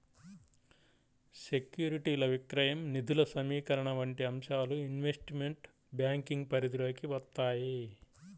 సెక్యూరిటీల విక్రయం, నిధుల సమీకరణ వంటి అంశాలు ఇన్వెస్ట్మెంట్ బ్యాంకింగ్ పరిధిలోకి వత్తాయి